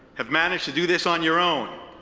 have managed to do this on your own.